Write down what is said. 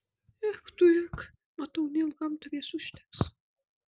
ech tu ech matau neilgam tavęs užteks